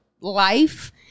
life